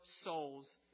souls